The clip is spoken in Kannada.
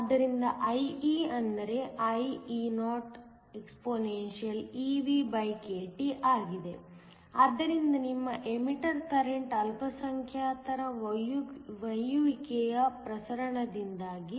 ಆದ್ದರಿಂದ IE ಅಂದರೆ IEoexpeVkT ಆಗಿದೆ ಆದ್ದರಿಂದ ನಿಮ್ಮ ಎಮಿಟರ್ ಕರೆಂಟ್ ಅಲ್ಪಸಂಖ್ಯಾತರ ಒಯ್ಯುವಿಕೆಯ ಪ್ರಸರಣದಿಂದಾಗಿ